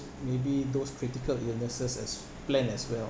maybe those critical illnesses as plan as well